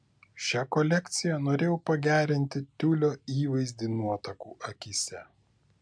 šia kolekcija norėjau pagerinti tiulio įvaizdį nuotakų akyse